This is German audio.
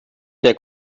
der